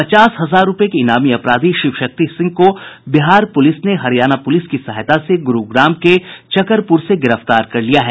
पचास हजार रूपये के ईनामी अपराधी शिव शक्ति सिंह को बिहार पूलिस ने हरियाणा पुलिस की सहायता से गुरूग्राम के चकरपुर से गिरफ्तार कर लिया है